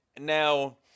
Now